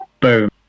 Boom